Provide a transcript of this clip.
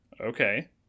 Okay